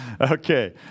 Okay